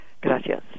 gracias